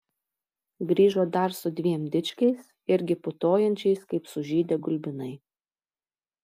grįžo dar su dviem dičkiais irgi putojančiais kaip sužydę gulbinai